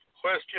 question